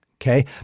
okay